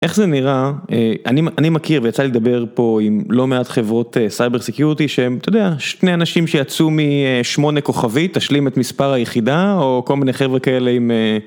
איך זה נראה? אני מכיר, ויצא לי לדבר פה עם לא מעט חברות סייבר סיקיורטי שהם, אתה יודע, שני אנשים שיצאו משמונה כוכבית, תשלים את מספר היחידה, או כל מיני חבר'ה כאלה עם...